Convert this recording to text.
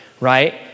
right